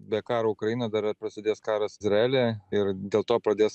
be karo ukrainoj dar ir prasidės karas izraelyje ir dėl to pradės